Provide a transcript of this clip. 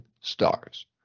stars